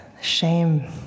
shame